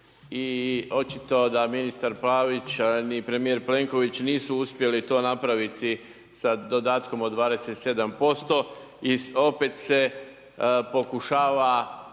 očito da ministar Pavić, a ni premijer Plenković nisu uspjeli napraviti to sa dodatkom od 27% i opet se pokušava